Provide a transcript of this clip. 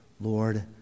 Lord